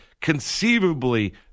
conceivably